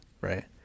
right